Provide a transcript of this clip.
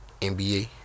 NBA